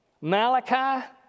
Malachi